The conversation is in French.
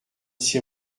six